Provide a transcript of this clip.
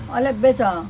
I like best ah